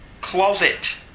closet